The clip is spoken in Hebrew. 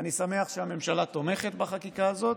אני שמח שהממשלה תומכת בחקיקה הזאת.